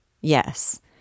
yes